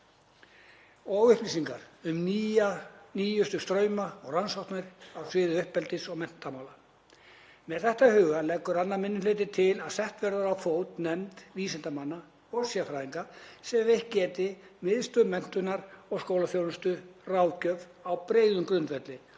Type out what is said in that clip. og upplýsingar um nýjustu strauma og rannsóknir á sviði uppeldis- og menntamála. Með þetta í huga leggur 2. minni hluti til að sett verði á fót nefnd vísindamanna og sérfræðinga sem veitt geti Miðstöð menntunar og skólaþjónustu ráðgjöf á breiðum grundvelli